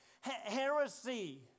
heresy